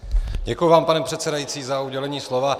Děkuji vám, pane předsedající za udělení slova.